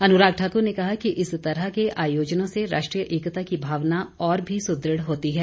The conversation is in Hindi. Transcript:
अनुराग ठाकुर ने कहा कि इस तरह के आयोजनों से राष्ट्रीय एकता की भावना और भी सुदृढ़ होती है